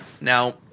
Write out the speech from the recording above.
now